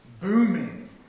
Booming